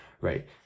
right